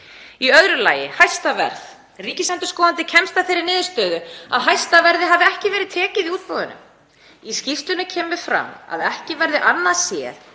Í öðru lagi: Hæsta verð. Ríkisendurskoðandi kemst að þeirri niðurstöðu að hæsta verði hafi ekki verið tekið í útboðinu. Í skýrslunni kemur fram að ekki verði annað séð